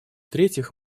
третьих